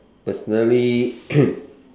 personally